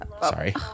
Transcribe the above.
Sorry